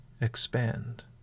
expand